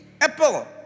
Apple